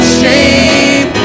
shame